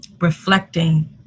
reflecting